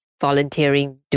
volunteering